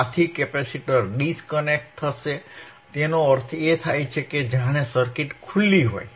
આથી capacitor disconnect થશે તેનો અર્થ એ કે જાણે સર્કિટ ખુલ્લી હોય